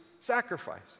sacrifice